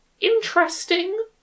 interesting